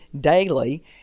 daily